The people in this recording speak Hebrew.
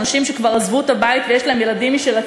אנשים שכבר עזבו את הבית ויש להם ילדים משל עצמם,